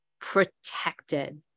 protected